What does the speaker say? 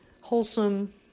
wholesome